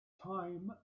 time